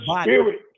Spirit